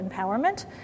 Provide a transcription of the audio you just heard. empowerment